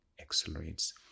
accelerates